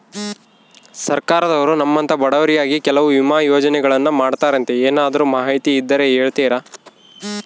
ಸರ್ಕಾರದವರು ನಮ್ಮಂಥ ಬಡವರಿಗಾಗಿ ಕೆಲವು ವಿಮಾ ಯೋಜನೆಗಳನ್ನ ಮಾಡ್ತಾರಂತೆ ಏನಾದರೂ ಮಾಹಿತಿ ಇದ್ದರೆ ಹೇಳ್ತೇರಾ?